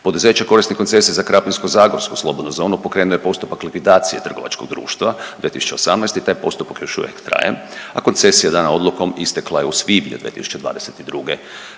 poduzeće korisnik koncesije za Krapinsko-zagorsku slobodnu zonu pokrenuo je postupak likvidacije trgovačkog društva 2018. i taj postupak još uvijek traje, a koncesija dana odlukom istekla je u svibnju 2022.